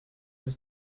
ist